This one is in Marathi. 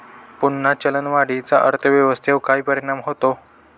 पुन्हा चलनवाढीचा अर्थव्यवस्थेवर काय परिणाम होतो